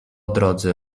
drodze